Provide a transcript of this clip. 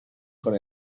con